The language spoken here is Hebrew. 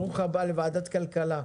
ברוך הבא לוועדת הכלכלה,